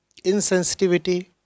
insensitivity